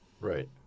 Right